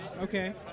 Okay